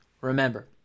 remember